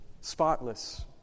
Spotless